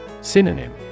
Synonym